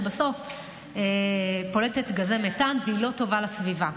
שבסוף פולטת גזי מתאן והיא לא טובה לסביבה.